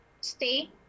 stay